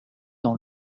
dans